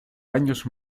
años